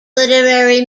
literary